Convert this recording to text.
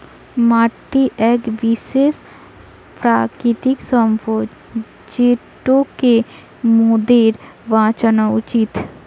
মাটি এক বিশেষ প্রাকৃতিক সম্পদ যেটোকে মোদের বাঁচানো উচিত